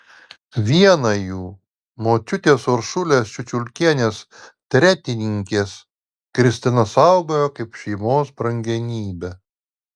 vieną jų močiutės uršulės čiučiulkienės tretininkės kristina saugojo kaip šeimos brangenybę